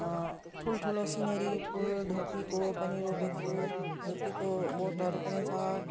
ठुल्ठुलो सिनेरी फुल धुप्पीको पनि रोपेको छु धुप्पीको बोटहरू पनि छ